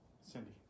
Cindy